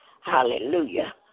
Hallelujah